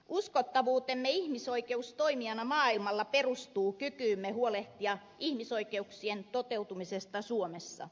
uskottavuutemme ihmisoikeustoimijana maailmalla perustuu kykyymme huolehtia ihmisoikeuksien toteutumisesta suomessa